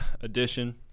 edition